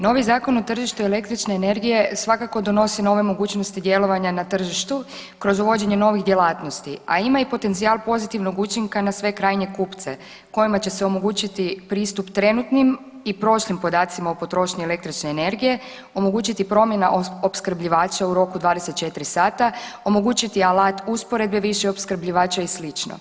Novi Zakon o tržištu električne energije svakako donosi nove mogućnosti djelovanja na tržištu kroz uvođenje novih djelatnosti, a ima i potencijal pozitivnog učinka na sve krajnje kupce kojima će omogućiti pristup trenutnim i prošlim podacima o potrošnji električne energije, omogućiti promjena opskrbljivača u roku 24 sata, omogućiti alat usporedbe više opskrbljivača i sl.